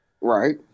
Right